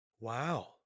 Wow